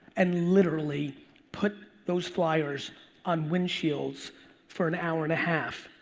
and literally put those flyers on windshields for an hour and a half.